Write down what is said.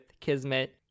Kismet